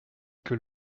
que